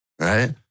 right